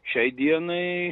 šiai dienai